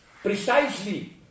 precisely